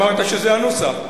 אמרת שזה הנוסח.